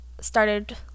started